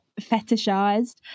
fetishized